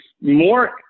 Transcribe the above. more